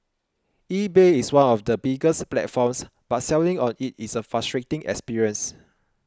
eBay is one of the biggest platforms but selling on it is a frustrating experience